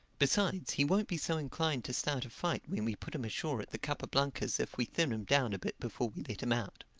besides, he won't be so inclined to start a fight when we put him ashore at the capa blancas if we thin him down a bit before we let him out.